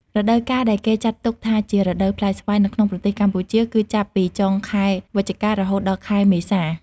រដូវកាលដែលគេចាត់ទុកថាជា រដូវផ្លែស្វាយ នៅក្នុងប្រទេសកម្ពុជា គឺចាប់ពី ចុងខែវិច្ឆិកា រហូតដល់ចុងខែមេសា។